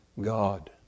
God